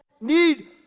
need